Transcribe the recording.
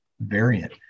variant